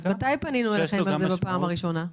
אז מתי פנינו אליכם על זה בפעם הראשונה?